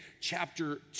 chapter